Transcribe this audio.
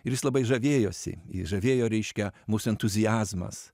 ir jis labai žavėjosi jį žavėjo reiškia mūsų entuziazmas